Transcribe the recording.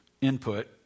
input